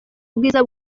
ubwiza